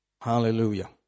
Hallelujah